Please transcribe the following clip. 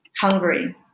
hungry